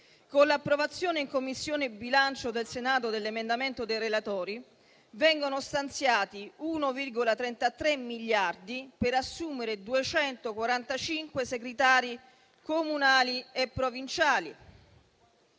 con l'approvazione in Commissione bilancio del Senato dell'emendamento dei relatori, vengono stanziati 1,33 milioni per assumere 245 segretari comunali e provinciali.